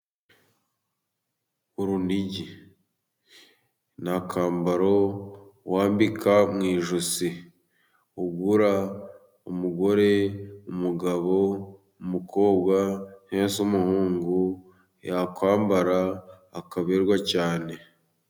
Urunigi. Ni akambaro wambika mu ijosi. Ugura, umugore, umugabo, umukobwa, cyangwa se umuhungu, yakwambara akaberwa cyane.